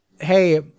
hey